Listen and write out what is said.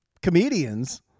comedians